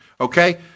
okay